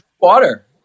Water